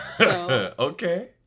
Okay